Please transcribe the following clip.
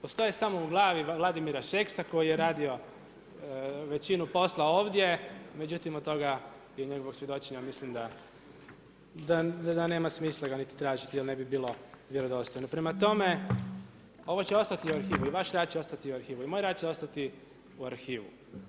Postoje samo u glavi Vladimira Šeksa koji je radio većinu posla ovdje, međutim od toga i od njegovog svjedočenja mislim da nema smisla ga niti tražiti jer ne bi bilo vjerodostojno, prema tome ovo će ostati u arhivi, vaš rad će ostati u arhivi, moj rad će ostati u arhivi.